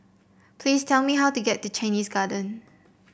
please tell me how to get to Chinese Garden